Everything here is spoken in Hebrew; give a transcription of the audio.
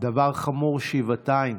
הדבר חמור שבעתיים